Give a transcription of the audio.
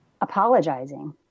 apologizing